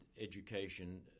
education